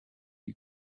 you